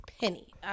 Penny